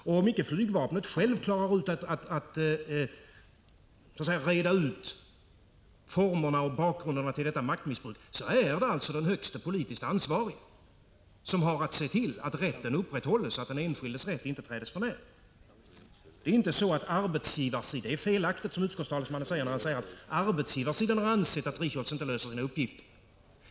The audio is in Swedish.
Om icke flygvapnet självt klarar av att reda ut formerna för detta maktmissbruk och bakgrunden till det, är det den högste politiskt ansvarige som har att se till att rätten upprätthålles, att den enskildes rätt inte trädes för när. Det är felaktigt när utskottstalesmannen säger att arbetsgivarsidan har ansett att Richholtz inte löser sina uppgifter.